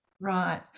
Right